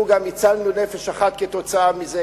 לו גם הצלנו נפש אחת כתוצאה מזה,